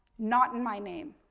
not in my name,